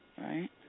Right